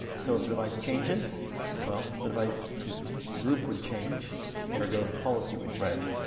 so if a device changes well, the device group would change and ergo the policy would change.